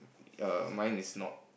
err mine is not